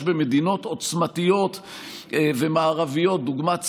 במדינות מערביות עוצמתיות דוגמת ספרד,